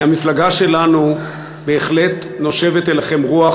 מהמפלגה שלנו בהחלט נושבת אליכם רוח